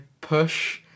push